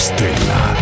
Stella